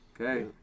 Okay